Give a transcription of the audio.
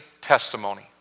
testimony